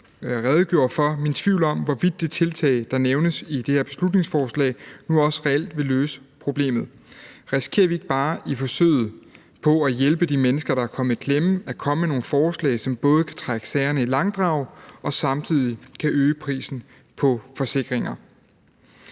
redegjorde for, min tvivl om, hvorvidt det tiltag, der nævnes i det her beslutningsforslag, nu også reelt vil løse problemet. Risikerer vi ikke bare i forsøget på at hjælpe de mennesker, der er kommet i klemme, at komme med nogle forslag, som både kan trække sagerne i langdrag og samtidig kan øge prisen på forsikringer?